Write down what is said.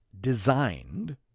designed